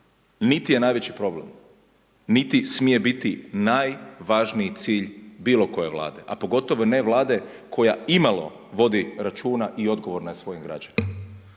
niti je najveći problem, niti smije biti najvažniji cilj bilo koje vlade, a pogotovo ne vlade koja imalo vodi računa i odgovorna je svojim građanima.